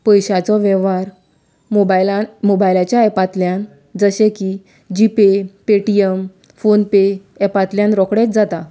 पयशांचो वेवहार मोबायलार मोबायलाच्या एपांतल्यान जशें की G Pay Paytm PhonePe एपांतल्यान रोखडेंच जाता